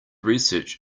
research